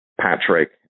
Patrick